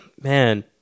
man